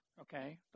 okay